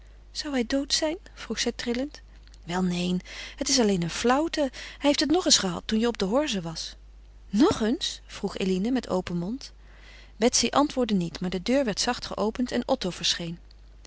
zou hij dood zijn vroeg zij trillend wel neen het is alleen een flauwte hij heeft het nog eens gehad toen je op de horze was nog eens vroeg eline met open mond betsy antwoordde niet maar de deur werd zacht geopend en otto verscheen